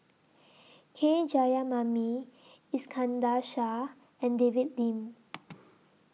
K Jayamani Iskandar Shah and David Lim